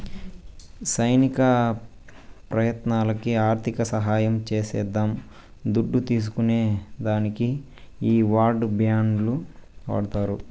సైనిక ప్రయత్నాలకి ఆర్థిక సహాయం చేసేద్దాం దుడ్డు తీస్కునే దానికి ఈ వార్ బాండ్లు వాడతారు